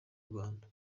rwanda